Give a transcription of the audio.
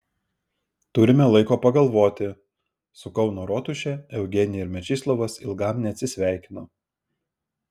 turime laiko pagalvoti su kauno rotuše eugenija ir mečislovas ilgam neatsisveikino